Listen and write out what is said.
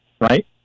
right